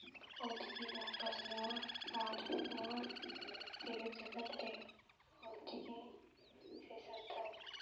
ᱚᱞ ᱪᱤᱠᱤ ᱵᱚᱱ ᱯᱟᱥᱱᱟᱣᱟ ᱟᱨ ᱱᱚᱣᱟ ᱡᱮᱜᱮᱛ ᱡᱟᱠᱟᱛ ᱨᱮ ᱚᱞ ᱪᱤᱠᱤ ᱥᱮ ᱥᱟᱱᱛᱟᱲ